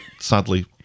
sadly